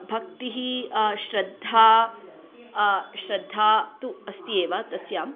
भक्तिः श्रद्धा श्रद्धा तु अस्ति एव तस्याम्